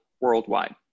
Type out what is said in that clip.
worldwide